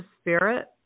spirit